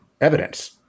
evidence